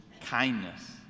kindness